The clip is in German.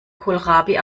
kohlrabi